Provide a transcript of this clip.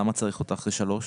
למה צריך אותה אחרי (3)?